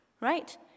right